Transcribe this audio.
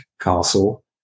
Castle